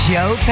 Joe